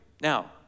Now